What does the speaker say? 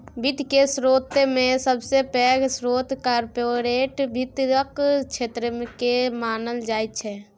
वित्त केर स्रोतमे सबसे पैघ स्रोत कार्पोरेट वित्तक क्षेत्रकेँ मानल जाइत छै